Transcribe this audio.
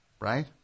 right